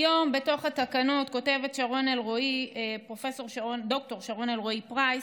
היום בתוך התקנות כותבת ד"ר שרון אלרעי פרייס: